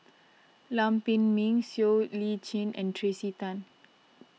Lam Pin Min Siow Lee Chin and Tracey Tan